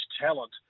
talent